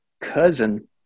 cousin